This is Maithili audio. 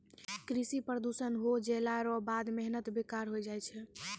कृषि प्रदूषण हो जैला रो बाद मेहनत बेकार होय जाय छै